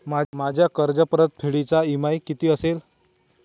माझ्या कर्जपरतफेडीचा इ.एम.आय किती असेल?